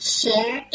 share